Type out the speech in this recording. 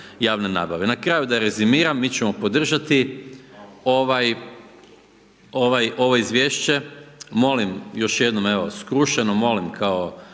javne nabave. Na kraju da rezimiram, mi ćemo podržati ovo izvješće, molim još jednom, evo, skrušeno molim kao